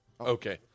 Okay